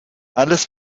alles